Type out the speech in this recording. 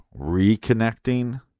reconnecting